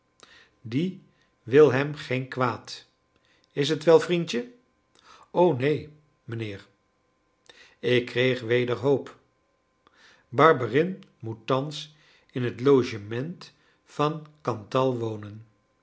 die wil hem geen kwaad is t wel vriendje o neen mijnheer ik kreeg weder hoop barberin moet thans in het logement van cantal wonen